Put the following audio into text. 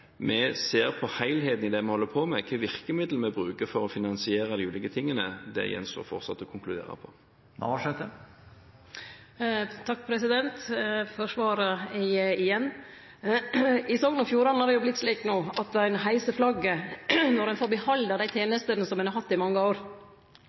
ser vi på helheten i det vi holder på med. Hvilke virkemidler vi vil bruke for å finansiere de ulike tingene, gjenstår det fortsatt å konkludere på. Igjen takk for svaret. I Sogn og Fjordane har det no vorte slik at ein heiser flagget når ein får behalde dei tenestene ein har hatt i mange år.